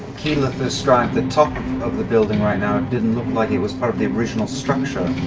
keyleth has scried the top of the building right now. it didn't look like it was part of the original structure.